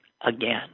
again